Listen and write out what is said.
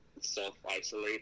self-isolate